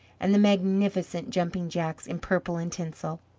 and the magnificent jumping-jacks in purple and tinsel.